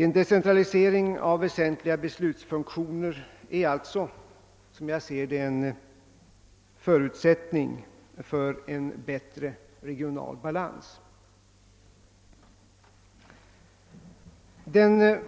En decentralisering av väsentliga beslutsfunktioner är alltså, som jag ser det, en förutsättning för en bättre regional balans. Den